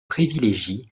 privilégient